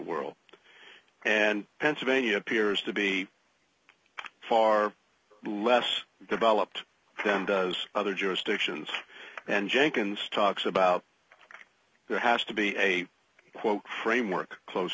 world and pennsylvania appears to be far less developed than does other jurisdictions and jenkins talks about there has to be a quote framework close